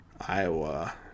Iowa